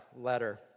letter